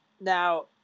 Now